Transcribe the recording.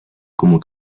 como